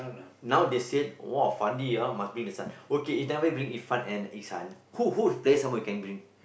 now they said !wah! Fandi ah must bring the son okay you tell me bring Irfan and Ikshan who who will play someone you can bring